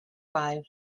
five